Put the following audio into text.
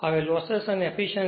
હવે લોસેસ અને એફીશ્યંસી